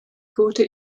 gute